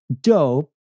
dope